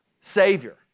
Savior